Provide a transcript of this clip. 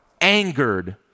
angered